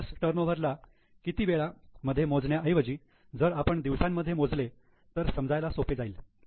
debtors turnover ला 'किती वेळा' मध्ये मोजण्या ऐवजी जर आपण दिवसांमध्ये मोजले तर समजायला सोपे जाईल